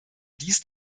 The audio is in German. dies